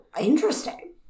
interesting